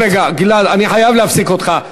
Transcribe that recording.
רק רגע, גלעד, אני חייב להפסיק אותך.